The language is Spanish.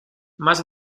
más